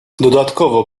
dodatkowo